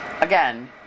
Again